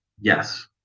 Yes